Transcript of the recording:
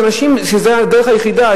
שזו הדרך היחידה,